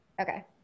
okay